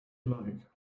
like